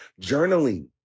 Journaling